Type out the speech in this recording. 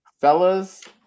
Fellas